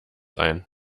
ein